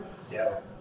Seattle